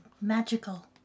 magical